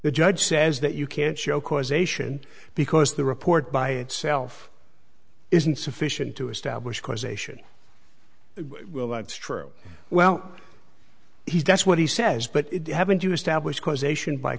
the judge says that you can't show causation because the report by itself isn't sufficient to establish causation it's true well he's that's what he says but haven't you establish causation by